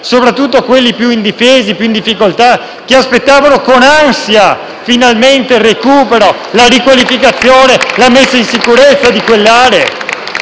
soprattutto quelli più indifesi e in difficoltà che aspettavano con ansia, finalmente, il recupero, la riqualificazione e la messa in sicurezza di quelle aree?